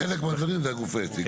בחלק מהמקרים, זה הגוף היציג.